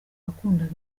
wakundaga